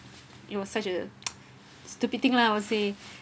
it was such a stupid thing lah I would say